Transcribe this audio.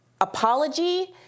apology